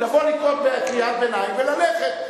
אתה יכול לקרוא קריאת ביניים וללכת.